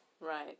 Right